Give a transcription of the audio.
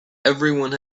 everyone